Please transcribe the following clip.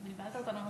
בלבלת אותנו עם